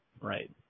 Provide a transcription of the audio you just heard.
Right